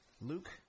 Luke